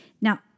Now